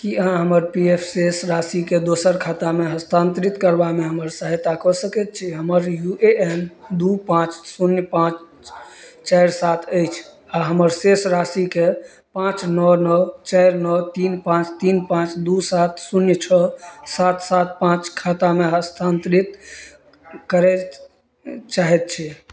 कि अहाँ हमर पी एफ शेष राशिकेँ दोसर खातामे हस्तान्तरित करबामे हमर सहायता कऽ सकै छी हमर यू ए एन दुइ पाँच शून्य पाँच चारि सात अछि आओर हमर शेष राशिके पाँच नओ नओ चारि नओ तीन पाँच तीन पाँच दुइ सात शून्य छओ सात सात पाँच खातामे हस्तान्तरित करै चाहै छी